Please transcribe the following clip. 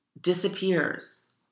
disappears